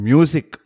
Music